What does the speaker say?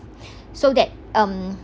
so that um